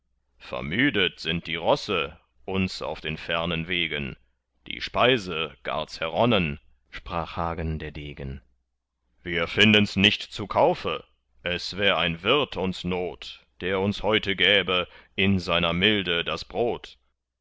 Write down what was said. vermüdet sind die rosse uns auf den fernen wegen die speise gar zerronnen sprach hagen der degen wir findens nicht zu kaufe es wär ein wirt uns not der uns heute gäbe in seiner milde das brot